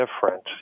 different